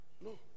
No